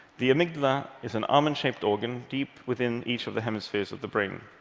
the amygdala is an almond-shaped organ deep within each of the hemispheres of the brain.